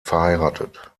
verheiratet